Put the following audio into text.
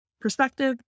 perspective